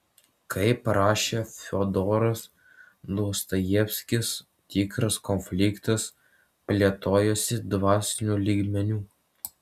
kaip rašė fiodoras dostojevskis tikras konfliktas plėtojasi dvasiniu lygmeniu